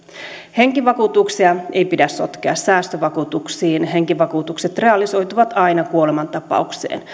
henkivakuutuksia ei pidä sotkea säästövakuutuksiin henkivakuutukset realisoituvat aina kuolemantapauksessa